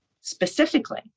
specifically